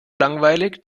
langweilig